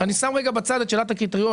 אני שם רגע בצד את שאלת הקריטריון,